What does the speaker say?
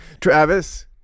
travis